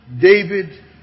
David